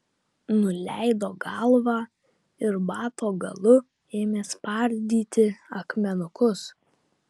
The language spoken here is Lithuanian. nuleido galvą ir bato galu ėmė spardyti akmenukus